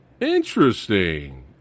Interesting